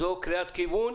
זו קריאת כיוון.